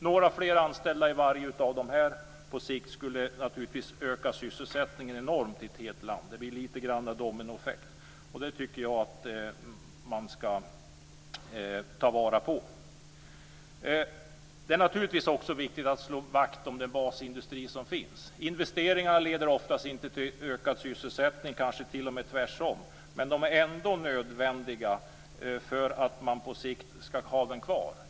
Några fler anställda i varje företag skulle på sikt öka sysselsättningen enormt. Det blir litet grand av en dominoeffekt. Det skall man ta vara på. Det är naturligtvis också viktigt att slå vakt om den basindustri som finns. Investeringar leder oftast inte till ökad sysselsättning, kanske t.o.m. tvärtom. Men de är ändå nödvändiga för att på sikt ha basindustrin kvar.